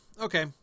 Okay